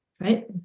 right